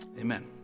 amen